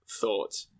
thought